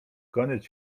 koniec